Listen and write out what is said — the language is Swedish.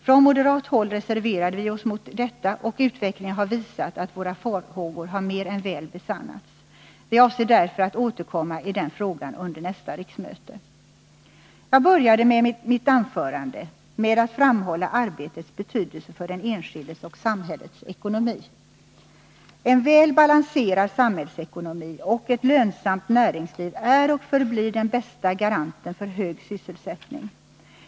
Från moderat håll reserverade vi oss mot detta, och utvecklingen har visat att våra farhågor har mer än väl besannats. Vi avser därför att återkomma till den frågan under nästa riksmöte. Jag började mitt anförande med att framhålla arbetets betydelse för den enskildes och för samhällets ekonomi. En väl balanserad samhällsekonomi och ett lönsamt näringsliv är och förblir den bästa garanten för hög sysselsättning.